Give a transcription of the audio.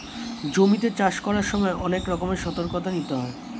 জমিতে চাষ করার সময় অনেক রকমের সতর্কতা নিতে হয়